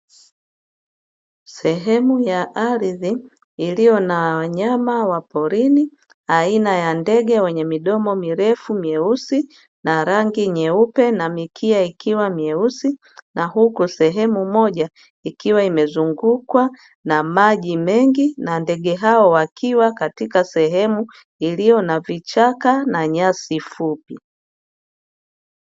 Sehemu ya ardhi iliyo na wanyama wa porini aina ya ndege wenye midomo mirefu mieusi na rangi nyeupe na mikia ikiwa mieusi na huku sehemu moja ikiwa imezungukwa na maji mengi, na ndege hao wakiwa katika sehemu Iliyo na vichaka na nyasi fupi.